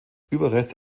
überreste